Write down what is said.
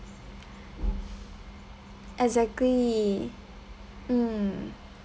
exactly mm